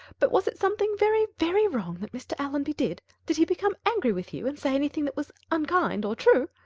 but was it something very, very wrong that mr. allonby did? did he become angry with you, and say anything that was unkind or true?